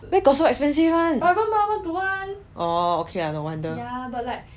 where got so expensive [one] oh okay lor no wonder